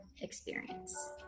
experience